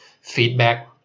feedback